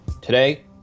today